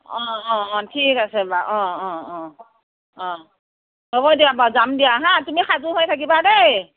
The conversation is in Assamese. অঁ অঁ অঁ ঠিক আছে বাৰু অঁ অঁ অঁ অঁ হ'ব দিয়া বাৰু যাম দিয়া হা তুমি সাজু হৈ থাকিবা দেই